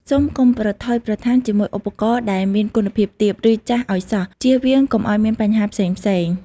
សូមកុំប្រថុយប្រថានជាមួយឧបករណ៍ដែលមានគុណភាពទាប ឬចាស់អោយសោះ ជៀសវៀងកុំអោយមានបញ្ហាផ្សេងៗ។